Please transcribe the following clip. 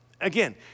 Again